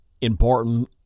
important